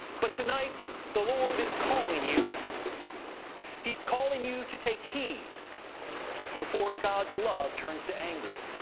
but tonight the lord is calling you he's calling you to take heed before god's love turns to anger.